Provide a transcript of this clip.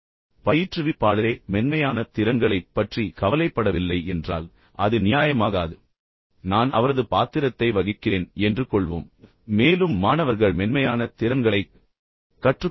எனவே பயிற்றுவிப்பாளரே மென்மையான திறன்களைப் பற்றி கவலைப்படவில்லை என்றால் அவரை நியாயப்படுத்த முடியாது நான் அவரது பாத்திரத்தை வகிக்கிறேன் என்று கொள்வோம் மேலும் மாணவர்கள் மென்மையான திறன்களைக் கற்றுக்கொள்ள விரும்புகிறேன்